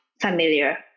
familiar